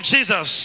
Jesus